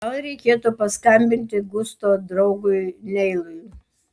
o gal reikėtų paskambinti gusto draugui neilui